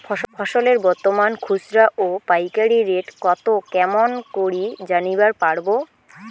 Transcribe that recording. ফসলের বর্তমান খুচরা ও পাইকারি রেট কতো কেমন করি জানিবার পারবো?